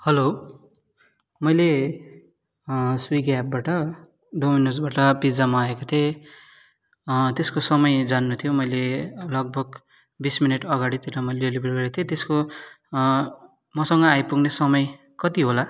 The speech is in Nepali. हेलो मैले स्विगी एप्पबाट डोमिनोसबाट पिज्जा मगाएको थिएँ त्यसको समय जान्न थियो मैले लगभग बिस मिनेट आगाडितिर मैले डेलिभर गरेको थिएँ त्यसको मसँग आइपुग्ने समय कति होला